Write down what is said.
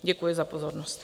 Děkuji za pozornost.